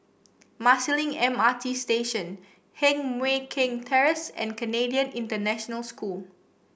Marsiling M R T Station Heng Mui Keng Terrace and Canadian International School